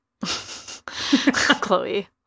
Chloe